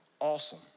awesome